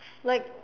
like